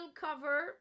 cover